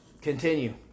Continue